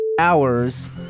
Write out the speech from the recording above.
hours